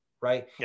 right